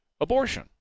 abortion